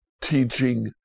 teaching